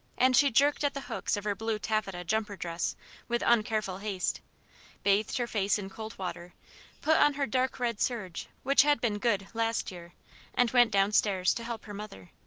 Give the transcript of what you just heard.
and she jerked at the hooks of her blue taffeta jumper dress with uncareful haste bathed her face in cold water put on her dark red serge which had been good last year and went down-stairs to help her mother.